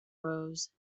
rose